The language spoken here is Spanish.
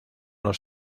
los